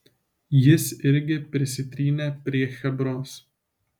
jis irgi prisitrynė prie chebros